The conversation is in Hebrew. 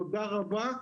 תודה רבה,